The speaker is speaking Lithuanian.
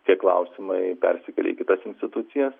tie klausimai persikelia į kitas institucijas